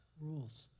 rules